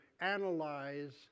analyze